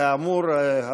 כאמור,